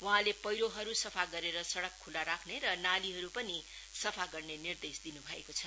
वहाँले पैह्रोहरू सफा गरेर सड़क खुला राख्ने र नालीहरू पनि सफा गर्ने निर्देश दिनु भएको छ